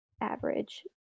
average